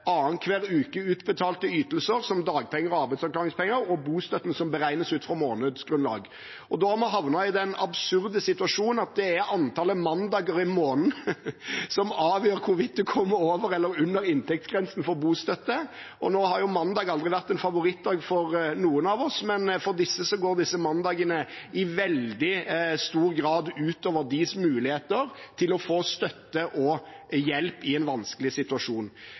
annen hver uke utbetalte ytelser, som dagpenger og arbeidsavklaringspenger, og bostøtten, som beregnes ut fra et månedsgrunnlag. Da har vi havnet i den absurde situasjonen at det er antallet mandager i måneden som avgjør hvorvidt man kommer over eller under inntektsgrensen for bostøtte. Nå har mandag aldri vært en favorittdag for noen av oss, men for disse går mandagene i veldig stor grad ut over deres mulighet til å få støtte og hjelp i en vanskelig situasjon.